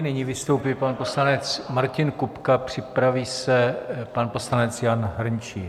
Nyní vystoupí pan poslanec Martin Kupka, připraví se pan poslanec Jan Hrnčíř.